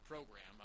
Program